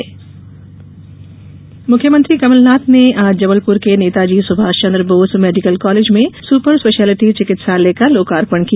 लोकार्पण मुख्यमंत्री कमलनाथ ने आज जबलपुर के नेताजी सुभाषचंद्र बोस मेडिकल कॉलेज में सुपर स्पेशिलिटी चिकित्सालय का लोकार्पण किया